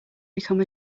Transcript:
become